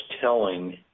telling